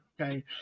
okay